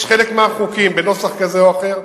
יש חלק מהחוקים, בנוסח כזה או אחר,